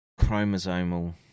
chromosomal